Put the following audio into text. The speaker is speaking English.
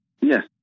Yes